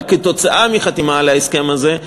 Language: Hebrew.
אבל כתוצאה מחתימה על ההסכם הזה,